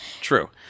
true